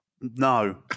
No